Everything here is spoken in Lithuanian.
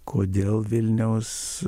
kodėl vilniaus